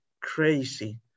crazy